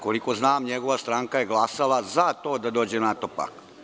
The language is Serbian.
Koliko znam, njegova stranka je glasala za to da dođe NATO pakt.